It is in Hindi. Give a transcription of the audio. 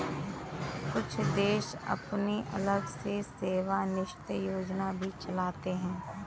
कुछ देश अपनी अलग से सेवानिवृत्त योजना भी चलाते हैं